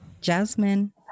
Jasmine